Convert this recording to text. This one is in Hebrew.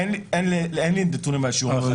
אין לי נתונים על שיעור החדירה.